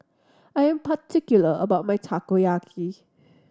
I'm particular about my Takoyaki